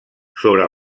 sobre